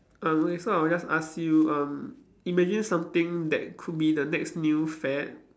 uh okay so I will just ask you um imagine something that could be the next new fad